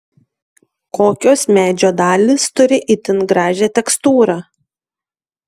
kokios medžio dalys turi itin gražią tekstūrą